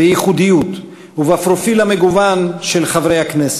בייחודיות ובפרופיל המגוון של חברי הכנסת.